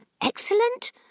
Excellent